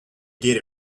get